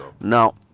Now